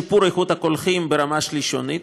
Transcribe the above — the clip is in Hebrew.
לשיפור איכות הקולחין ברמה שלישונית,